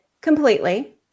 completely